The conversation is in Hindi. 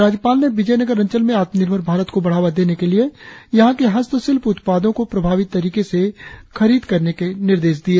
राज्यपाल ने विजोयनगर अंचल में आत्म निर्भर भारत को बढ़ावा देने के लिए यहां के हस्तशिल्प उत्पादो की प्रभावी तरीके से खरीद करने के निर्देश दिए